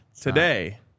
today